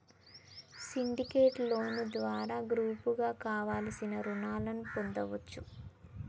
syndicate loan ద్వారా గ్రూపుగా కావలసిన రుణాలను పొందచ్చు